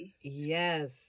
yes